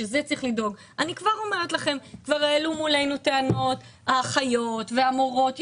אני כבר אומרת לכם שכבר העלו מולנו טענות האחיות והמורות.